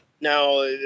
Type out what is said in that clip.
Now